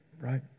right